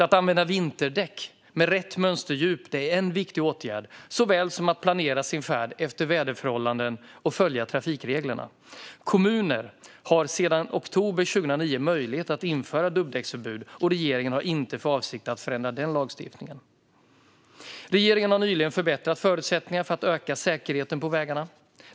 Att använda vinterdäck med rätt mönsterdjup är en lika viktig åtgärd som att planera sin färd efter väderleksförhållanden och att följa trafikreglerna. Kommuner har sedan oktober 2009 möjlighet att införa dubbdäcksförbud, och regeringen har inte för avsikt att förändra den lagstiftningen. Regeringen har nyligen förbättrat förutsättningarna för att öka säkerheten på vägarna.